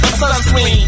sunscreen